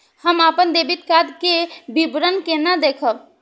हम अपन debit card के विवरण केना देखब?